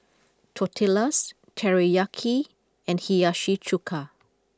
Tortillas Teriyaki and Hiyashi Chuka